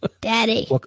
Daddy